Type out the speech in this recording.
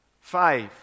Five